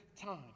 time